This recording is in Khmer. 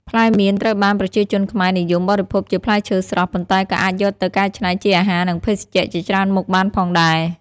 ផ្លែមៀន ត្រូវបានប្រជាជនខ្មែរនិយមបរិភោគជាផ្លែឈើស្រស់ ប៉ុន្តែក៏អាចយកទៅកែច្នៃជាអាហារ និងភេសជ្ជៈជាច្រើនមុខបានផងដែរ។